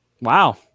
Wow